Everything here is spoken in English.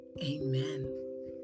Amen